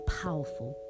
powerful